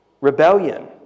rebellion